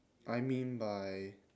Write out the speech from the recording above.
I mean by